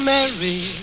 Mary